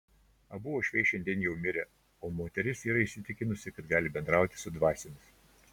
abu uošviai šiandien jau mirę o moteris yra įsitikinusi kad gali bendrauti su dvasiomis